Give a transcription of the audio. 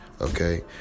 Okay